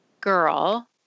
girl